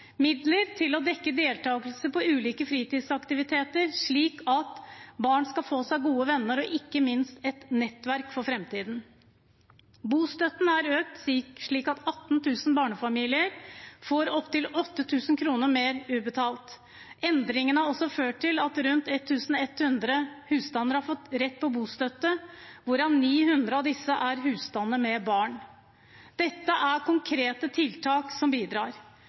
midler til å dekke deltakelse på ulike fritidsaktiviteter, slik at barn skal få seg gode venner og ikke minst et nettverk for fremtiden. Bostøtten er økt, slik at 18 000 barnefamilier får opptil 8 000 kr mer utbetalt. Endringene har også ført til at rundt 1 100 husstander har fått rett på bostøtte, hvorav 900 av disse er husstander med barn. Dette er konkrete tiltak som bidrar.